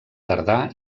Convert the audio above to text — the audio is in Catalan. tardà